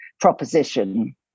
proposition